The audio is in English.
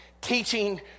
teaching